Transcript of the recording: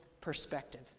perspective